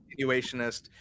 continuationist